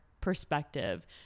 perspective